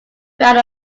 found